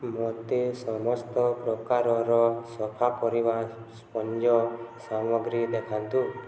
ମୋତେ ସମସ୍ତ ପ୍ରକାରର ସଫା କରିବା ସ୍ପଞ୍ଜ ସାମଗ୍ରୀ ଦେଖାନ୍ତୁ